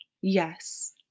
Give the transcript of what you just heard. Yes